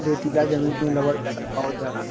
रेतीला जमीन में लवण ज्यादा पावल जाला